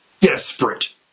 desperate